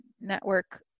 network